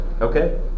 Okay